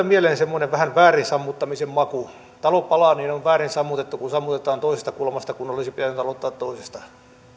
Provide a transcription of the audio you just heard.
mieleen semmoinen vähän väärin sammuttamisen maku talo palaa ja on väärin sammutettu kun sammutetaan toisesta kulmasta kun olisi pitänyt aloittaa toisesta